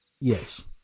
Yes